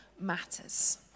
matters